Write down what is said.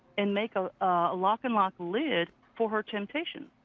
and make a lock and lock lid for her temp-tations?